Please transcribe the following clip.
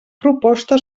proposta